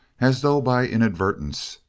as though by inadvertence,